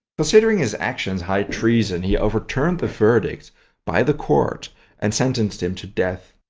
considering his actions high treason. he overturned the verdict by the court and sentenced him to death.